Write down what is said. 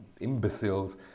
imbeciles